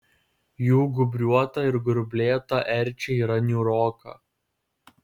jų gūbriuota ir grublėta erčia yra niūroka